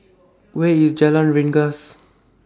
Where IS Jalan Rengas